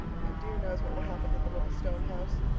and dear knows what will happen to the little stone house.